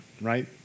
right